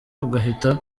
ugahita